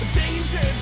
danger